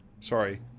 Sorry